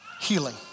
healing